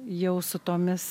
jau su tomis